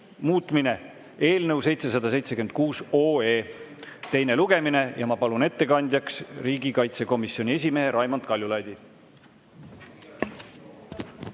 muutmine" eelnõu 776 teine lugemine. Ja ma palun ettekandjaks riigikaitsekomisjoni esimehe Raimond Kaljulaidi.